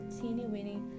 teeny-weeny